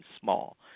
small